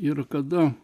ir kada